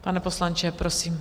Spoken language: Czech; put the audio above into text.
Pane poslanče, prosím.